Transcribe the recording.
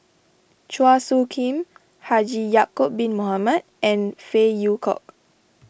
Chua Soo Khim Haji Ya'Acob Bin Mohamed and Phey Yew Kok